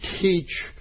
teach